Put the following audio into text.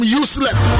useless